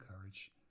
courage